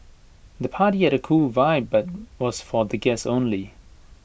the party had A cool vibe but was for the guests only